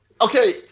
okay